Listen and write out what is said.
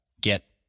get